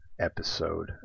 episode